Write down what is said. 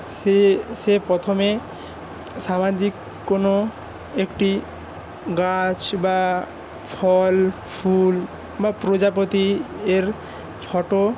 সে সে প্রথমে সামাজিক কোনও একটি গাছ বা ফল ফুল বা প্রজাপতির ফটো